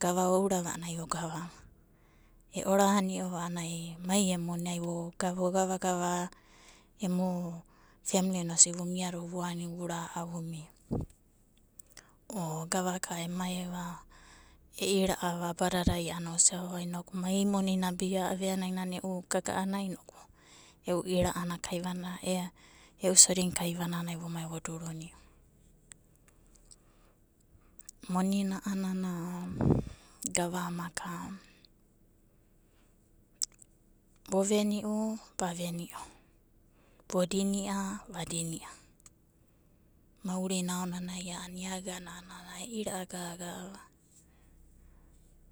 Gava ourava a'anai vogava. Ema e'orani'ova a'anai mai emu moni voga vogavagava emu femlina osi vumiado vuani vura'au vumia. O gavaka emaiva e'ira'ava abadadai a'ana usiava o inoku mai monina abia aveaani nana e'u gaga'anai e'u ira'ana kaivananai, e'u sodina kaivananai inokai vomai vo duruni'u. Monina a'anana gava amaka voveni'u vaveni'o, vodini'a a'anai vadinia. Maurina aonanai a'ana ia agana e'ira'a gaga.